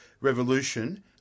revolution